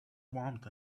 warmth